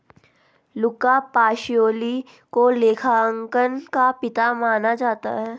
लुका Pacioli को लेखांकन का पिता माना जाता है